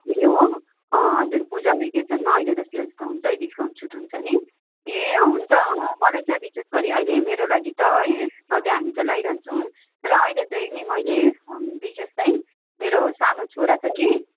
ए हो हजुर पूजा भेकेसनमा अहिले त सेल्स त हुन्छ डिस्काउन्ट छुट हुन्छ नि ए हुन्छ मलाई चाहिँ विशेष गरी अहिले मेरो लागि त है सधैँ हामी त लगाइरहन्छौँ र अहिले चाहिँ नि मैले विशेष चाहिँ मेरो सानो छोरा छ कि